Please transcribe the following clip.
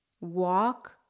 walk